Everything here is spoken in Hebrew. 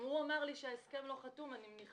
אם הוא אמר לי שההסכם לא חתום, אני מניחה